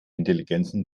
intelligenzen